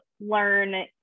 learn